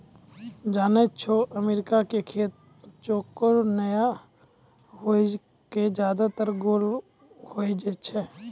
जानै छौ अमेरिका के खेत चौकोर नाय होय कॅ ज्यादातर गोल होय छै